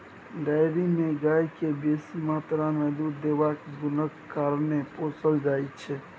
dairy मे गाय केँ बेसी मात्रा मे दुध देबाक गुणक कारणेँ पोसल जाइ छै